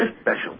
special